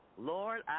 Lord